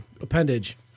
appendage